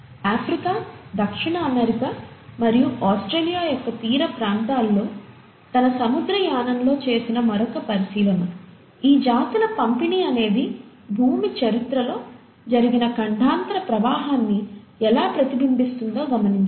Africa దక్షిణ America మరియు Australia యొక్క తీరప్రాంతాల్లో తన సముద్రయానంలో చేసిన మరొక పరిశీలన ఈ జాతుల పంపిణీ అనేది భూమి చరిత్రలో జరిగిన ఖండాంతర ప్రవాహాన్ని ఎలా ప్రతిబింబిస్తుందో గమనించాడు